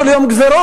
כל יום גזירות.